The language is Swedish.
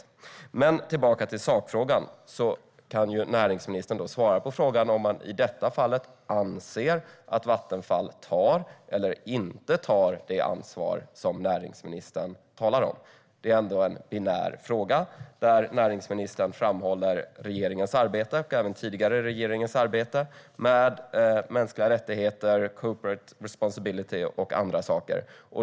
Men för att gå tillbaka till sakfrågan kan ju näringsministern svara på frågan om man i detta fall anser att Vattenfall tar eller inte tar det ansvar som näringsministern talar om. Det är ändå en binär fråga där näringsministern framhåller regeringens och även den tidigare regeringens arbete med mänskliga rättigheter, corporate responsibility och andra saker.